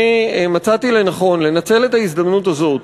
אני מצאתי לנכון לנצל את ההזדמנות הזאת,